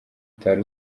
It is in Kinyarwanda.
utari